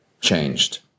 changed